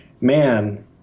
man